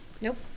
Nope